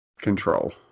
control